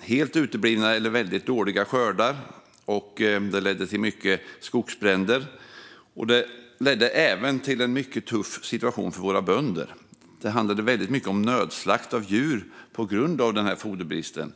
helt uteblivna eller väldigt dåliga skördar. Det ledde till många skogsbränder. Det ledde även till en mycket tuff situation för våra bönder. Det handlade väldigt mycket om nödslakt av djur på grund av foderbristen.